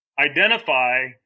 identify